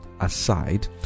aside